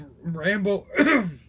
Rambo